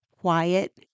quiet